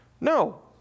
No